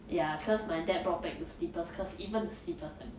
ya cause my dad brought back the slippers cause even slippers are good